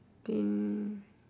been